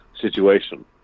situation